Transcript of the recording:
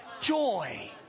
Joy